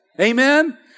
amen